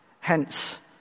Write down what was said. Hence